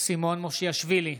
סימון מושיאשוילי,